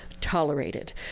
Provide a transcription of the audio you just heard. tolerated